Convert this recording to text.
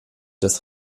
dass